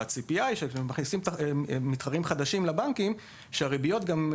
וכשמכניסים מתחרים חדשים לבנקים הציפייה